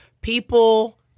people